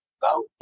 go